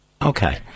Okay